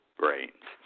brains